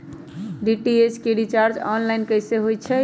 DTH के recharge online कैसे होईछई?